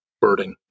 birding